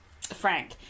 Frank